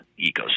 ecosystem